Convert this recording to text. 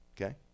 okay